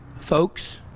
folks